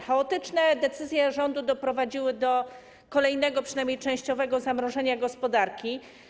Chaotyczne decyzje rządu doprowadziły do kolejnego, przynajmniej częściowego zamrożenia gospodarki.